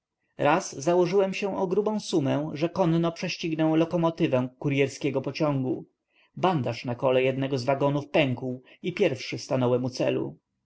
raz założyłem się o grubą sumę że konno prześcignę lokomotywę kuryerskiego pociągu bandaż na kole jednego z wagonów pękł i pierwszy stanąłem u celu